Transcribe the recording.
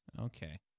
Okay